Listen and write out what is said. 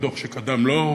מהדוח שקדם לו,